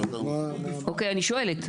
אוקיי, אני שואלת.